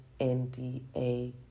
NDA